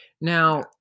now